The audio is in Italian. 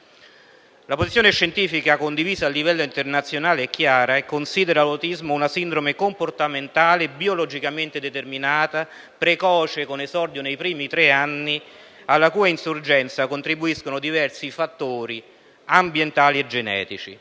La posizione scientifica condivisa a livello internazionale è chiara e considera l'autismo una sindrome comportamentale, biologicamente determinata, precoce, con esordio nei primi tre anni, alla cui insorgenza contribuiscono diversi fattori, ambientali e genetici.